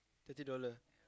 thirty dollar